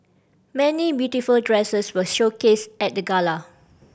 many beautiful dresses were showcased at the gala